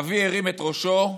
אבי הרים את ראשו,